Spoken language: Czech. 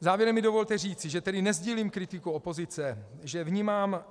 Závěrem mi dovolte říct, že tedy nesdílím kritiku opozice, že vnímám